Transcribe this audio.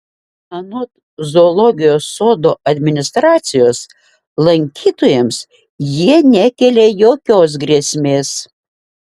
anot zoologijos sodo administracijos lankytojams jie nekelia jokios grėsmės